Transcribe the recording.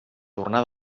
tornà